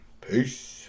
Peace